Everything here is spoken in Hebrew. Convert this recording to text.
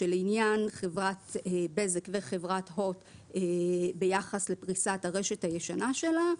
לעניין חברת בזק וחברת הוט ביחס לפריסת הרשת הישנה שלה,